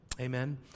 Amen